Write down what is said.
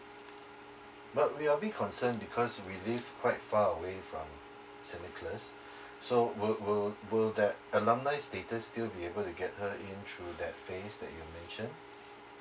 but we are we concern because we live quite far away from saint nicholas so will will will that alumni status still be able to get her in through that phase that you mentioned